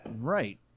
Right